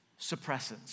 suppressants